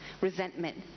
resentment